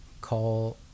call